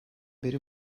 beri